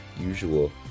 usual